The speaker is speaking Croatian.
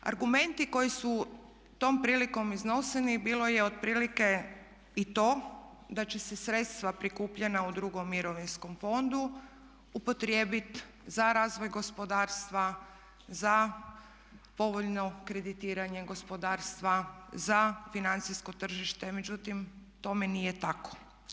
Argumenti koji su tom prilikom izneseni bilo je otprilike i to da će se sredstva prikupljena u drugom mirovinskom fondu upotrijebit za razvoj gospodarstva, za povoljno kreditiranje gospodarstva, za financijskog tržište međutim tome nije tako.